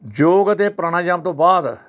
ਯੋਗ ਅਤੇ ਪ੍ਰਾਣਾਯਾਮ ਤੋਂ ਬਾਅਦ